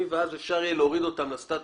להיות בוויזה הזאת.